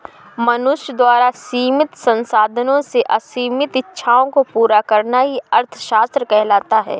मनुष्य द्वारा सीमित संसाधनों से असीमित इच्छाओं को पूरा करना ही अर्थशास्त्र कहलाता है